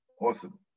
Awesome